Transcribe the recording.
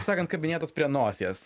sakant kabinėtųs prie nosies